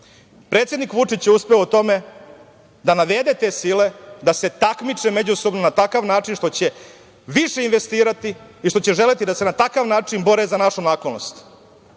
Vučić je uspeo u tome da navede te sile da se takmiče međusobno na takav način što će više investirati i što će želeti da se na takav način bore za našu naklonost.